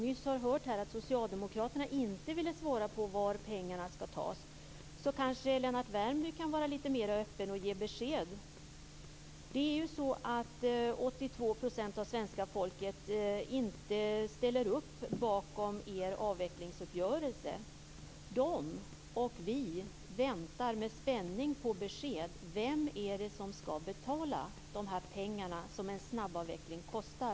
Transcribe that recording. Nyss hörde vi att socialdemokraterna inte ville svara på frågan var pengarna skall tas. Då kanske Lennart Värmby kan vara lite mera öppen och ge besked. 82 % av svenska folket ställer inte upp bakom er avvecklingsuppgörelse. Dessa människor och vi väntar med spänning på besked. Vem är det som skall betala de pengar som en snabbavveckling kostar?